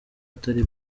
atari